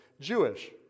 Jewish